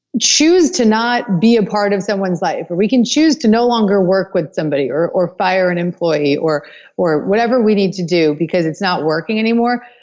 choose to not be a part of someone's life, or we can choose to no longer work with somebody or or fire an and employee, or or whatever we need to do because it's not working anymore.